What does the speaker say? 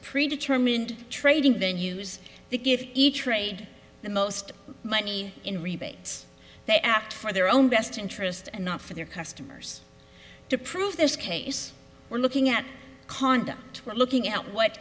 predetermined trading then use the give each trade the most money in rebates they act for their own best interest and not for their customers to prove this case we're looking at conduct twelve looking at what